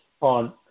on